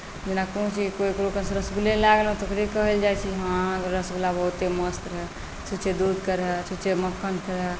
जेना कोनो चीज कोइ रसगुल्ले लए लेलहुँ तऽ ओकरे कहल जा छैइत हँ अहाँके रसगुल्ला बहुते मस्त रहए छुच्छे दूधके रहए छुच्छे मक्खनके रहए